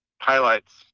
highlights